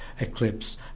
Eclipse